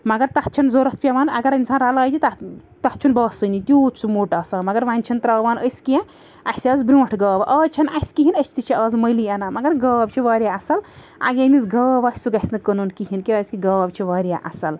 مگر تَتھ چھَنہٕ ضروٗرت پیٚوان اگر اِنسان رَلایہِ تہِ تَتھ تَتھ چھُنہٕ باسٲنی تیٛوٗت چھُ سُہ موٚٹ آسان مگر وۄنۍ چھِنہٕ ترٛاوان أسۍ کیٚنٛہہ اسہِ آسہٕ برٛونٛٹھ گاوٕ آز چھَنہٕ اسہِ کِہیٖنۍ أسۍ تہِ چھِ آز مٔلی اَنان مگر گاو چھِ واریاہ اصٕل آ ییٚمِس گاو آسہِ سُہ گَژھہِ نہٕ کٕنُن کِہیٖنۍ کیٛازِکہِ گاو چھِ واریاہ اصٕل